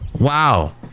Wow